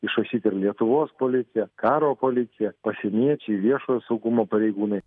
išrašyt ir lietuvos policija karo policija pasieniečiai viešojo saugumo pareigūnai